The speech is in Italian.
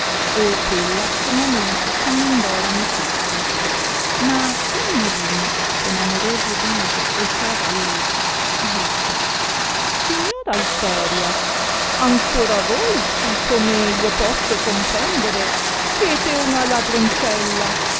e quella sommamente commendorono tutti ma il molino con amoroso viso e ciera allegra disse signora alteria ancora voi sì come io posso comprendere siete una